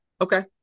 Okay